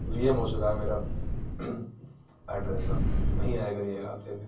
وی ایم ہو چُکا ہے میرا ایڈریس اب وہیں آیا کریے گا آپ دینے